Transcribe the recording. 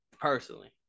personally